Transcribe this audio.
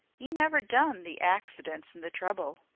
e never done the accidents and the trouble.